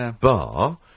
bar